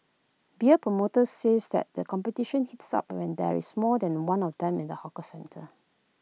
beer promoters says that the competition heats up when there is more than one of them in the hawker centre